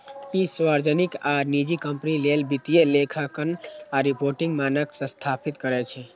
ई सार्वजनिक आ निजी कंपनी लेल वित्तीय लेखांकन आ रिपोर्टिंग मानक स्थापित करै छै